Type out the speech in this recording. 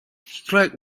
strike